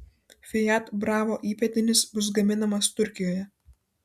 fiat bravo įpėdinis bus gaminamas turkijoje